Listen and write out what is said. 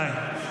די.